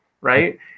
right